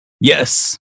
Yes